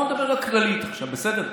בואו נדבר כללית עכשיו, בסדר?